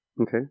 Okay